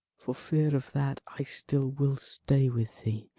for fear of that i still will stay with thee,